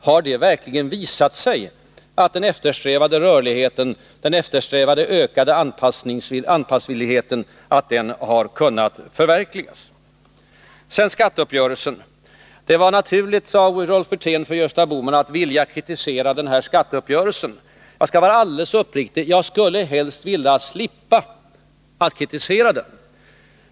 Har det verkligen visat sig att den eftersträvade rörligheten och den eftersträvade ökade anpassningsvilligheten har kunnat förverkligas? Så till skatteuppgörelsen. Det var naturligt, sade Rolf Wirtén, för Gösta Bohman att vilja kritisera den här skatteuppgörelsen. Jag skall vara alldeles uppriktig. Jag skulle helst vilja slippa att kritisera den.